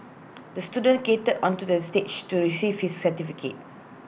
the student skated onto the stage to receive his certificate